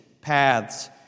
paths